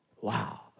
Wow